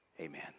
amen